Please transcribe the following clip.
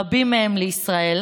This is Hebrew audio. רבים מהם לישראל,